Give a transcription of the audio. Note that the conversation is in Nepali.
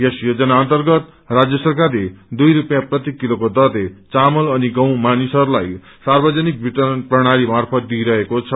यस योजना अर्न्तगत राज्य सरकारले दुई रूपियाँ प्रति किलोको दरले चामल अनि गहूँ मानिहसरूलाइ सार्वजनिक वितरण प्रणाली मार्फत दिइरहेको छ